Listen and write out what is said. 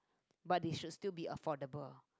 but they should still be affordable